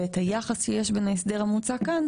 ואת היחס שיש בין ההסדר המוצע כאן,